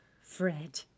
fred